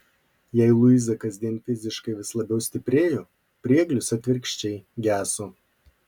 jei luiza kasdien fiziškai vis labiau stiprėjo prieglius atvirkščiai geso